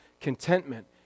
contentment